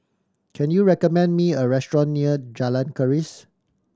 can you recommend me a restaurant near Jalan Keris